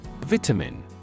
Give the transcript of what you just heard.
Vitamin